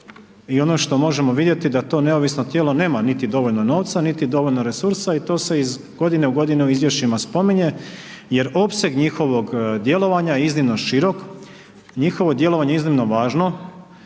I ono što možemo vidjeti da to neovisno tijelo nema niti dovoljno novca niti dovoljno resursa i to se iz godine u godinu u izvješćima spominje jer opseg njihovog djelovanja je iznimno širok, njihovo djelovanje je iznimno važno,